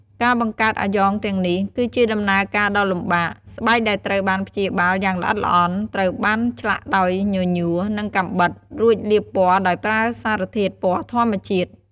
ការបង្កើតអាយ៉ងទាំងនេះ គឺជាដំណើរការដ៏លំបាក៖ ស្បែកដែលត្រូវបានព្យាបាលយ៉ាងល្អិតល្អន់ ត្រូវបានឆ្លាក់ដោយញញួរ និងកាំបិត រួចលាបពណ៌ដោយប្រើសារធាតុពណ៌ធម្មជាតិ។